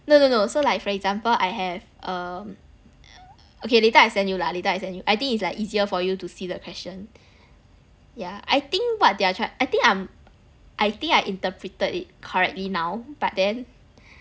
no no no so like for example I have um okay later I send you lah later I send you I think it's like easier for you to see the question yeah I think what they're trying I think I'm I think I interpreted it correctly now but then